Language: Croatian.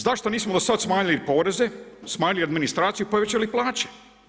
Zašto nismo do sada smanjili poreze, smanjili administraciju, povećali plaće?